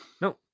No